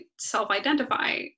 self-identify